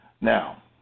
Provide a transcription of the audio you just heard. Now